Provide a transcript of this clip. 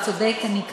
עוד דקה.